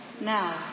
now